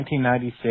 1996